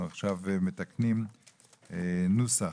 אנחנו עכשיו מתקנים נוסח.